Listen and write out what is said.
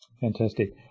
Fantastic